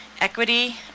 equity